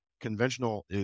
conventional